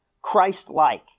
Christ-like